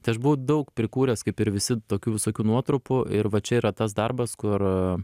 tai aš buvau daug prikūręs kaip ir visi tokių visokių nuotrupų ir va čia yra tas darbas kur